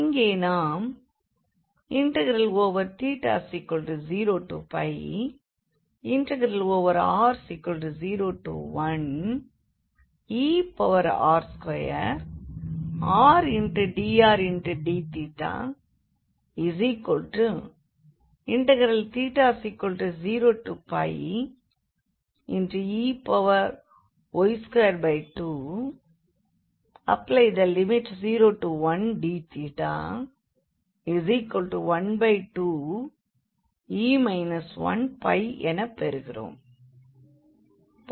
இங்கே நாம் θ0r01er2rdrdθθ0er2201dθ12e 1 எனப் பெறுகிறோம்